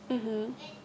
mmhmm